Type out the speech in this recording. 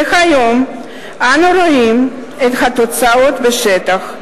והיום אנו רואים את התוצאות בשטח: